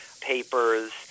papers